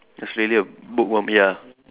it's really a bookworm ya